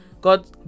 God